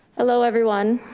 hello everyone.